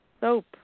soap